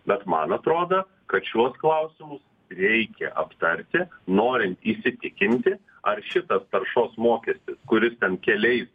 bet man atrodo kad šiuos klausimus reikia aptarti norint įsitikinti ar šitas taršos mokestis kuris ten keliais